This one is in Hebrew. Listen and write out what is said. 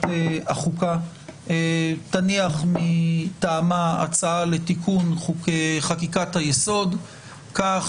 החוקה תניח מטעמה הצעה לתיקון חקיקת היסוד כך